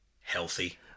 Healthy